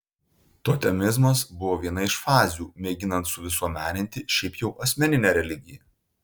totemizmas buvo viena iš fazių mėginant suvisuomeninti šiaip jau asmeninę religiją